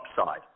upside